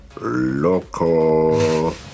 local